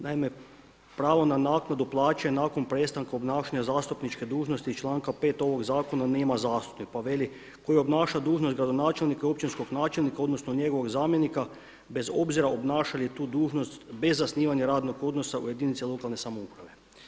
Naime, pravo na naknadu plaće nakon prestanka obnašanja zastupničke dužnosti iz članka 5. ovog zakona nema … pa veli koji obnaša dužnost gradonačelnika, općinskog načelnika odnosno njegovog zamjenika bez obzira obnaša li tu dužnost bez zasnivanja radnog odnosa u jedinici lokalne samouprave.